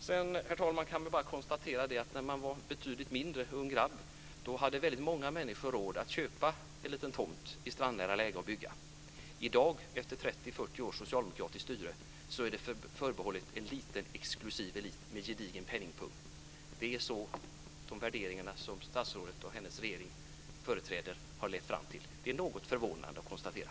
Sedan, herr talman, kan jag bara konstatera att när jag var betydligt yngre, en ung grabb, hade väldigt många människor råd att köpa en liten tomt med strandnära läge och bygga. I dag, efter 30-40 års socialdemokratiskt styre, är det förbehållet en liten exklusiv elit med en gedigen penningpung. Det är detta som de värderingar som statsrådet och hennes regering företräder har lett fram till. Det är något förvånande att konstatera.